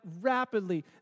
rapidly